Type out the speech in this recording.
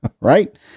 Right